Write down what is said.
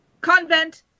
Convent